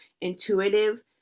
intuitive